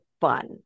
fun